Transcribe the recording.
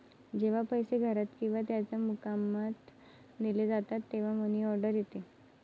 जेव्हा पैसे घरात किंवा त्याच्या मुक्कामात नेले जातात तेव्हा मनी ऑर्डर येते